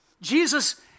Jesus